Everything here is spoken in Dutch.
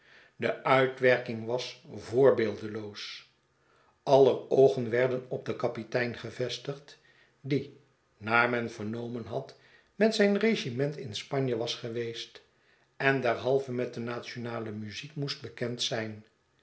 de uitwerking was voorbeeldeloos aller oogen werden op den kapitein gevestigd die naar men vernomen had met zijn regiment in spanje was geweest en derhalve met de nationale muziek moest bekend zijn